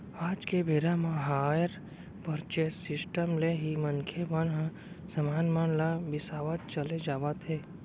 आज के बेरा म हायर परचेंस सिस्टम ले ही मनखे मन ह समान मन ल बिसावत चले जावत हे